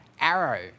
arrow